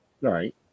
Right